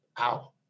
ow